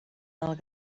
alt